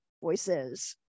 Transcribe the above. voices